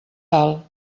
dalt